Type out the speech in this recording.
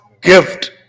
gift